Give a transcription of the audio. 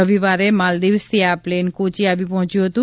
રવિવારે માલદિવ્સથી આ પ્લેન કોચી આવી પહોંચ્યું હતું